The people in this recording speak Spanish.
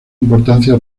importancia